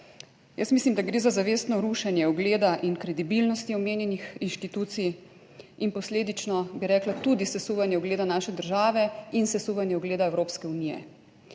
Jaz mislim, da gre za zavestno rušenje ugleda in kredibilnosti omenjenih institucij in posledično bi rekla tudi sesuvanje ugleda naše države in sesuvanje ugleda Evropske unije.